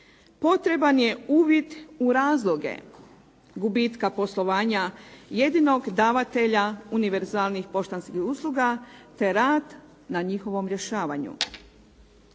Potreban je uvid u razloge gubitka poslovanja jedinog davatelja univerzalnih poštanskih usluga te rad na njihovom rješavanju.